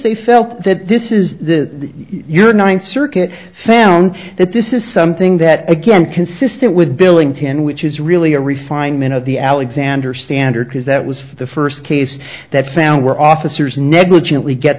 they felt that this is your ninth circuit found that this is something that again consistent with billington which is really a refined min of the alexander standard because that was the first case that found were officers negligently get